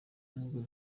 nubwo